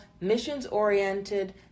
missions-oriented